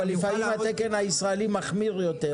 אבל התקן הישראלי מחמיר יותר.